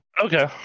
Okay